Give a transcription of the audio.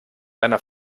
einer